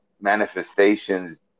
manifestations